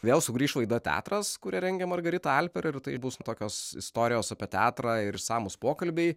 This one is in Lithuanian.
vėl sugrįš laida teatras kurią rengia margarita alper ir tai bus tokios istorijos apie teatrą ir išsamūs pokalbiai